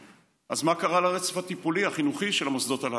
אז מה קרה לרצף הטיפולי החינוכי של המוסדות הללו?